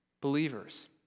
believers